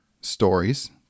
stories